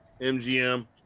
MGM